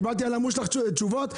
קיבלתי על המושלך תשובות?